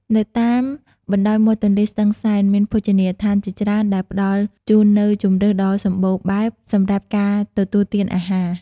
នៅតាមបណ្ដោយមាត់ទន្លេស្ទឹងសែន មានភោជនីយដ្ឋានជាច្រើនដែលផ្តល់ជូននូវជម្រើសដ៏សម្បូរបែបសម្រាប់ការទទួលទានអាហារ។